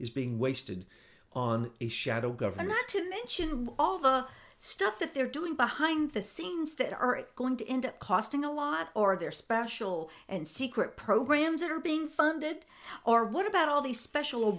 is being wasted on a shadow government not to mention all the stuff that they're doing behind the scenes that are going to end up costing a lot or they're special and secret programs are being funded or what about all the special